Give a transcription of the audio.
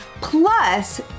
plus